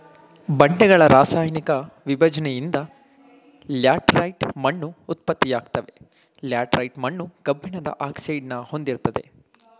ಬಂಡೆಗಳ ರಾಸಾಯನಿಕ ವಿಭಜ್ನೆಯಿಂದ ಲ್ಯಾಟರೈಟ್ ಮಣ್ಣು ಉತ್ಪತ್ತಿಯಾಗ್ತವೆ ಲ್ಯಾಟರೈಟ್ ಮಣ್ಣು ಕಬ್ಬಿಣದ ಆಕ್ಸೈಡ್ನ ಹೊಂದಿರ್ತದೆ